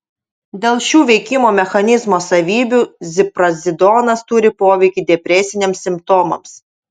dėl šių veikimo mechanizmo savybių ziprazidonas turi poveikį depresiniams simptomams